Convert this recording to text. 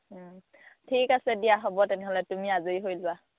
ঠিক আছে দিয়া হ'ব তেনেহ'লে তুমি আজৰি হৈ লোৱা